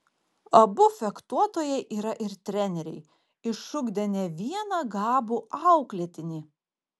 abu fechtuotojai yra ir treneriai išugdę ne vieną gabų auklėtinį